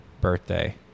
birthday